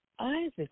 Isaac